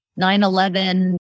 9-11